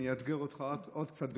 אני אאתגר אותך עוד קצת,